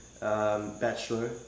bachelor